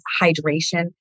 hydration